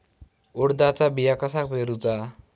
उडदाचा बिया कसा पेरूचा?